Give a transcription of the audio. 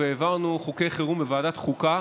והעברנו חוקי חירום בוועדת חוקה